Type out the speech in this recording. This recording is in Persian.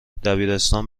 دبیرستان